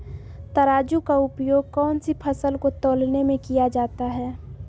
तराजू का उपयोग कौन सी फसल को तौलने में किया जाता है?